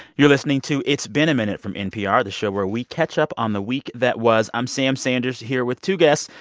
you're listening to it's been a minute from npr, the show where we catch up on the week that was. i'm sam sanders here with two guests,